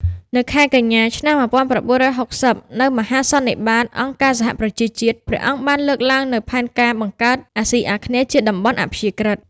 នៅខែកញ្ញា ឆ្នាំ១៩៦០ នៅមហាសន្និបាតអង្គការសហប្រជាជាតិ ព្រះអង្គបានលើកឡើងនូវផែនការបង្កើតអាស៊ីអាគ្នេយ៍ជាតំបន់អព្យាក្រឹត។